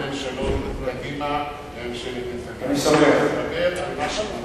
ובין ממשלות קדימה לממשלת נתניהו.